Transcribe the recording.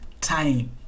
time